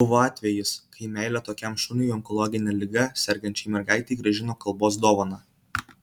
buvo atvejis kai meilė tokiam šuniui onkologine liga sergančiai mergaitei grąžino kalbos dovaną